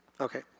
Okay